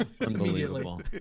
Unbelievable